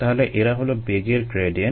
তাহলে এরা হলো বেগের গ্র্যাডিয়েন্ট